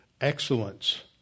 excellence